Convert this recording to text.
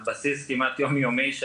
על בסיס כמעט יומיומי,